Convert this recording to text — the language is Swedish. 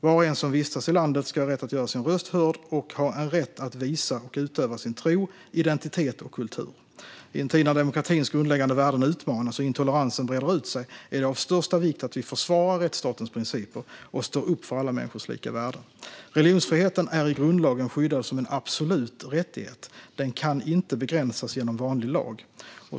Var och en som vistas i landet ska ha rätt att göra sin röst hörd och ha en rätt att visa och utöva sin tro, identitet och kultur. I en tid när demokratins grundläggande värden utmanas och intoleransen breder ut sig är det av största vikt att vi försvarar rättsstatens principer och står upp för alla människors lika värde. Religionsfriheten är i grundlagen skyddad som en absolut rättighet. Den kan inte begränsas genom vanlig lag.